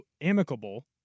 amicable